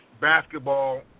basketball